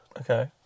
Okay